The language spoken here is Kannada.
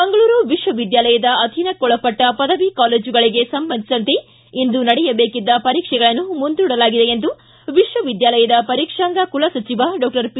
ಮಂಗಳೂರು ವಿಶ್ವವಿದ್ಯಾಲಯದ ಅಧೀನಕ್ಕೊಳಪಟ್ಟ ಪದವಿ ಕಾಲೇಜುಗಳಿಗೆ ಸಂಬಂಧಿಸಿದಂತೆ ಇಂದು ನಡೆಯಬೇಕಿದ್ದ ಪರೀಕ್ಷೆಗಳನ್ನು ಮುಂದೂಡಲಾಗಿದೆ ಎಂದು ವಿಶ್ವ ವಿದ್ಯಾಲಯದ ಪರೀಕ್ಷಾಂಗ ಕುಲಸಚಿವ ಡಾಕ್ಟರ್ ಪಿ